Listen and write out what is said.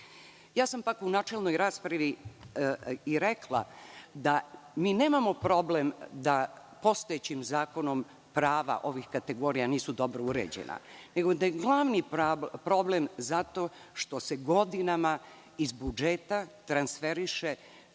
dinara.U načelnoj raspravi sam i rekla da mi nemamo problem da postojećim zakonom prava ovih kategorija nisu dobro uređena, nego da je glavni problem zato što se godinama iz budžeta transferiše